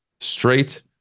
straight